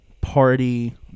party